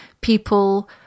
people